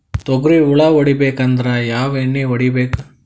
ತೊಗ್ರಿ ಹುಳ ಹೊಡಿಬೇಕಂದ್ರ ಯಾವ್ ಎಣ್ಣಿ ಹೊಡಿಬೇಕು?